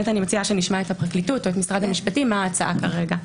מציעה שנשמע את הפרקליטות או את משרד המשפטים מה ההצעה כרגע.